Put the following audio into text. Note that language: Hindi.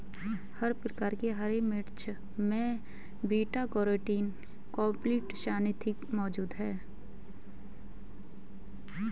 हर प्रकार की हरी मिर्चों में बीटा कैरोटीन क्रीप्टोक्सान्थिन मौजूद हैं